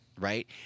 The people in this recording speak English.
right